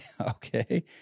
Okay